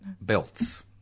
Belts